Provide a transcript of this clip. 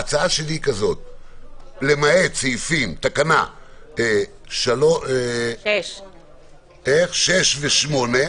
ההצעה שלי היא שלמעט תקנה 6 ו-8,